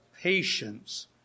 Patience